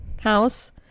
house